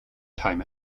time